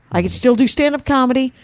i could still do stand-up comedy,